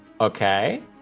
okay